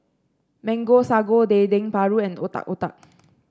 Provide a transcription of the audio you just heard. Mango Sago Dendeng Paru and Otak Otak